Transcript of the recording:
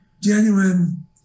genuine